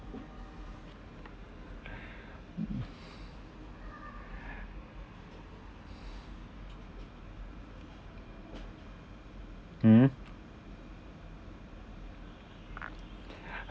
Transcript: mmhmm